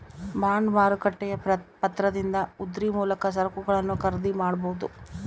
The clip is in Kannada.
ಬಾಂಡ್ ಮಾರುಕಟ್ಟೆಯ ಪತ್ರದಿಂದ ಉದ್ರಿ ಮೂಲಕ ಸರಕುಗಳನ್ನು ಖರೀದಿ ಮಾಡಬೊದು